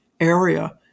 area